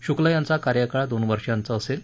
शुक्ला यांचा कार्यकाळ दोन वर्षाचा असेल